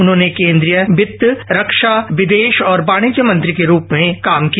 उन्होंने केन्द्रीय वित्त रक्षा विदेश और वाणिज्य मंत्री के रूप में काम किया